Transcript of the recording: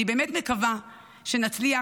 אני באמת מקווה שנצליח,